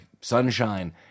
sunshine